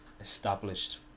established